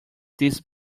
these